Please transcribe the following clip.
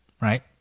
Right